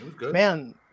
man